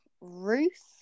Ruth